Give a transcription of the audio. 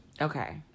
okay